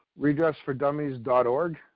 redressfordummies.org